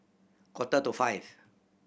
quarter to five